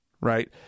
Right